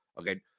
Okay